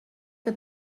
que